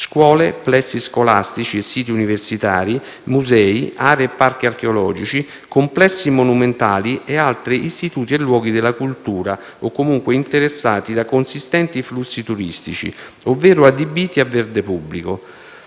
(scuole, plessi scolastici e siti universitari, musei, aree e parchi archeologici, complessi monumentali e altri istituti e luoghi della cultura o comunque interessati da consistenti flussi turistici, ovvero adibiti a verde pubblico)